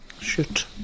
shoot